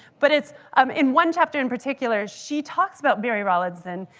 but it's um in one chapter in particular, she talks about mary rowlandson.